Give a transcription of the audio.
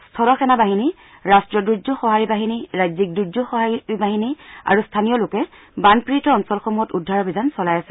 স্থলসেনা বাহিনী ৰাষ্ট্ৰীয় দূৰ্যোগ সহাৰি বাহিনী ৰাজ্যিক দূৰ্যোগ সহাৰি বাহিনী আৰু স্থানীয় লোকে বানপীডিত অঞ্চলসমূহত উদ্ধাৰ অভিযান চলাই আছে